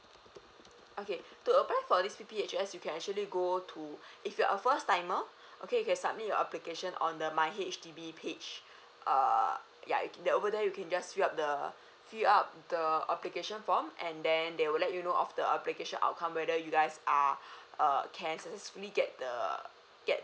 okay to apply for this P_P_H_S you can actually go to if you're a first timer okay you can submit your application on the my H_D_B page err yeah that over there you can just fill up the fill up the application form and then they will let you know of the application outcome whether you guys are err can successfully get the get